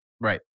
Right